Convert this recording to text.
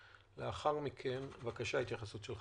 אנחנו פוגעים בזכות הפרטיות בגלל הזכות